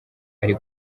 ari